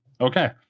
okay